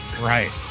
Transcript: right